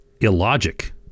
illogic